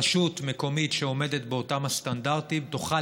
רשות מקומית שעומדת באותם הסטנדרטים תוכל